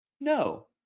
no